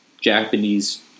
Japanese